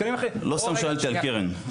לא סתם שאלתי על קרן.